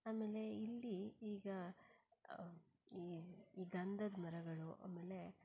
ಆಮೇಲೆ ಇಲ್ಲಿ ಈಗ ಈ ಈ ಗಂಧದ ಮರಗಳು ಆಮೇಲೆ